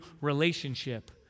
relationship